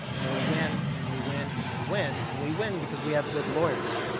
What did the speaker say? and we win and we win and we win, and we win because we have good lawyers.